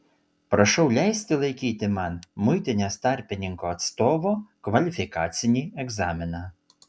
prašau leisti laikyti man muitinės tarpininko atstovo kvalifikacinį egzaminą